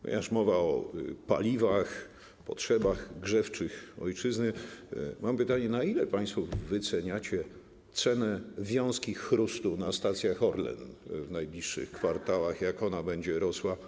Ponieważ mowa o paliwach, o potrzebach grzewczych ojczyzny, mam pytanie: Na ile państwo wyceniacie cenę wiązki chrustu na stacjach Orlen w najbliższych kwartałach, jak ona będzie rosła?